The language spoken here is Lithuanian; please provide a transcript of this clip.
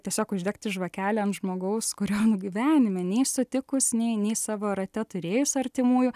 tiesiog uždegti žvakelę ant žmogaus kurio gyvenime nei sutikus nei nei savo rate turėjus artimųjų